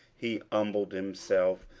he humbled himself,